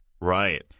Right